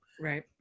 Right